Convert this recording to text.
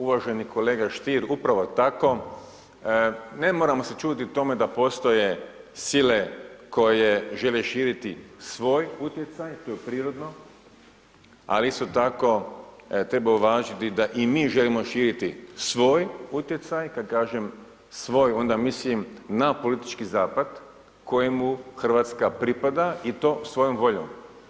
Uvaženi kolega Stier, upravo tako, ne moramo se čuditi tome da postoje sile žele širiti svoj utjecaj, to je prirodno ali isto tako treba uvažiti da i mi želimo širiti svoj utjecaj, kad kažem svoj, onda mislim na politički zapad kojemu Hrvatska pripada i to svojom voljom.